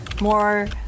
more